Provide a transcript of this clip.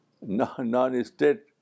non-state